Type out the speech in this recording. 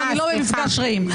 ואני לא במפגש רעים.